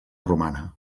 romana